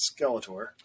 Skeletor